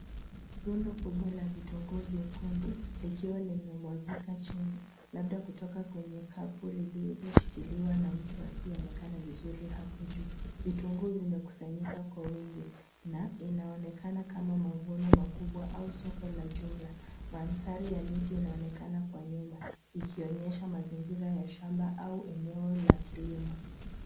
Rundo kubwa la vitunguu vyekundu likiwa limemwagika chini labda kutoka kwenye kapu lililoshikiliwa na mtu asiyeonekana vizuri hapo juu. Vitunguu vimekusanyika kwa wingi na inaonekana kama mavuno makubwa au soko la jumla. Mandhari ya miti inaonekana kwa nyuma ikionyesha mazingira ya shamba au eneo la kilimo.